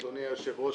אדוני היושב-ראש.